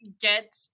get